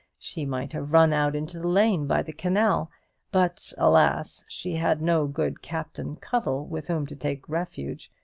she might have run out into the lane by the canal but, alas, she had no good captain cuttle with whom to take refuge,